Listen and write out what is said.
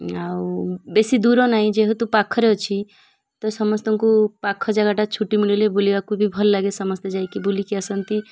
ଆଉ ବେଶୀ ଦୂର ନାହିଁ ଯେହେତୁ ପାଖରେ ଅଛି ତ ସମସ୍ତଙ୍କୁ ପାଖ ଜାଗାଟା ଛୁଟି ମିଳିଲେ ବୁଲିବାକୁ ବି ଭଲ ଲାଗେ ସମସ୍ତେ ଯାଇକି ବୁଲିକି ଆସନ୍ତି